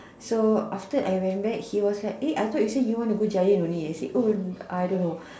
so after I went back he was like eh I thought you say you want to go giant only I say oh I don't know